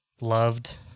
loved